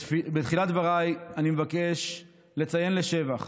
בתחילת דברי אני מבקש לציין לשבח